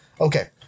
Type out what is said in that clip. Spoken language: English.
okay